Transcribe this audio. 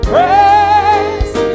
Praise